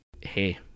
Hey